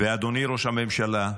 אדוני ראש הממשלה,